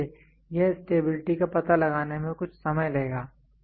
इसलिए यह स्टेबिलिटी का पता लगाने में कुछ समय लेगा